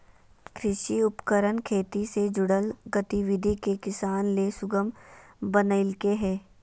कृषि उपकरण खेती से जुड़ल गतिविधि के किसान ले सुगम बनइलके हें